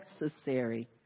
necessary